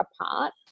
apart